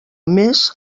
més